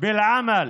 לעבוד